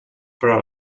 però